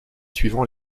suivant